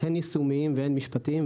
קשיים יישומיים ומשפטיים.